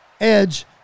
Edge